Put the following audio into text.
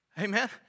amen